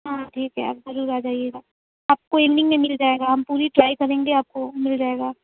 ہاں ٹھیک ہے آپ ضرور آ جائیے گا آپ کو ایوننگ میں مل جائے گا ہم پوری ٹرائی کریں گے آپ کو مل جائے گا